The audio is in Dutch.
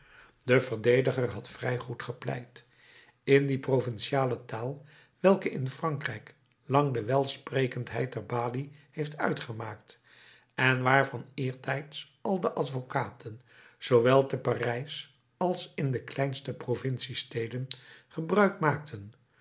de verdediger had vrij goed gepleit in die provinciale taal welke in frankrijk lang de welsprekendheid der balie heeft uitgemaakt en waarvan eertijds al de advocaten zoowel te parijs als in de kleinste provinciesteden gebruik maakten